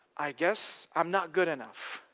i guess i'm not good enough.